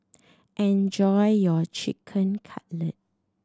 enjoy your Chicken Cutlet